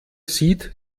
sieht